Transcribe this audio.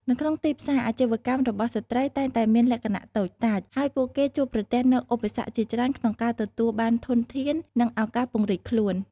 នៅក្នុងទីផ្សារ អាជីវកម្មរបស់ស្ត្រីតែងតែមានលក្ខណៈតូចតាច ហើយពួកគេជួបប្រទះនូវឧបសគ្គជាច្រើនក្នុងការទទួលបានធនធាន និងឱកាសពង្រីកខ្លួន។